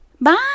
Bye